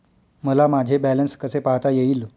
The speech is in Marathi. मला माझे बॅलन्स कसे पाहता येईल?